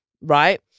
right